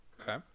okay